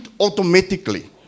automatically